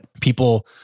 people